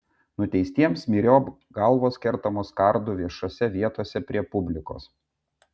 nuteistiems myriop galvos kertamos kardu viešose vietose prie publikos